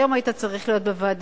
היום היית צריך להיות בוועדה.